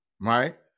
Right